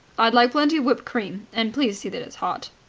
i'd like plenty of whipped cream. and please see that it's hot.